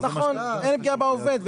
נכון, אין פגיעה בעובד.